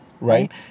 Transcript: right